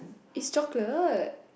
it's chocolate